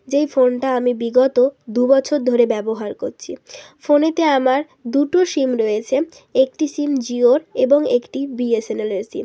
যেই ফোনটা আমি বিগত দু বছর ধরে ব্যবহার করছি ফোনেতে আমার দুটো সিম রয়েছে একটি সিম জিওর এবং একটি বিএসএনএলের সিম